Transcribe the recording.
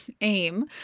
aim